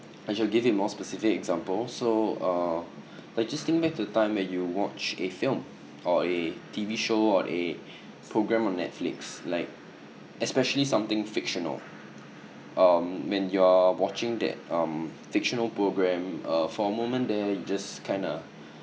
I shall give a more specific example so uh like just think back to a time when you watched a film or a T_V show or a programme on netflix like especially something fictional um when you are watching that um fictional programme uh for a moment there you just kinda